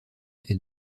est